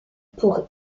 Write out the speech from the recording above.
pour